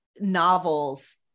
novels